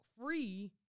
free